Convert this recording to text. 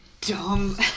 Dumb